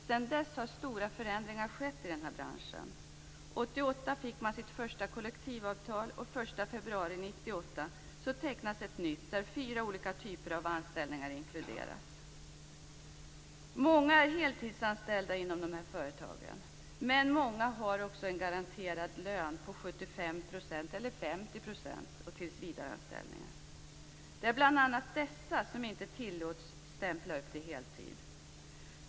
Sedan dess har stora förändringar skett i branschen. År 1988 fick man sitt första kollektivavtal, och den 1 februari 1998 tecknas ett nytt, där fyra olika typer av anställningar inkluderas. Många är heltidsanställda inom de här företagen, men många har i stället en garanterad lön om 75 % dessa som inte tillåts stämpla upp till heltid.